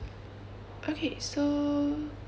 okay so